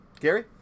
Gary